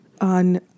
on